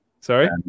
Sorry